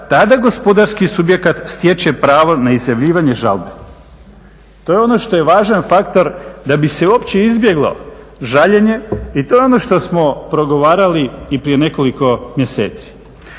tada gospodarski subjekat stječe pravo na izjavljivanje žalbe. To je ono što je važan faktor da bi se uopće izbjeglo žaljenje i to je ono što smo progovarali i prije nekoliko mjeseci.